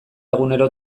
egunero